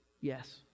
Yes